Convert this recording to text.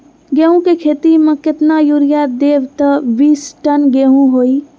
गेंहू क खेती म केतना यूरिया देब त बिस टन गेहूं होई?